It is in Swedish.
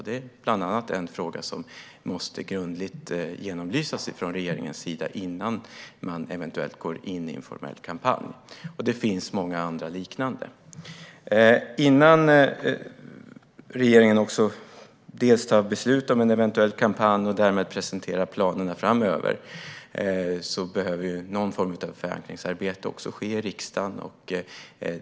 Det är en fråga bland andra som regeringen måste genomlysa grundligt innan en eventuell formell kampanj inleds. Och det finns många liknande frågeställningar. Innan regeringen tar beslut om en eventuell kampanj och därmed presenterar planerna framöver behöver någon form av förankringsarbete ske i riksdagen.